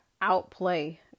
outplay